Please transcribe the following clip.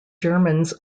germans